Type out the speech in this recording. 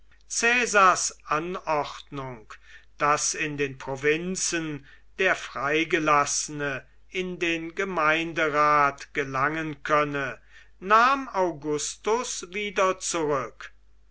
caesars anordnung daß in den provinzen der freigelassene in den gemeinderat gelangen könne nahm augustus wieder zurück